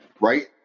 right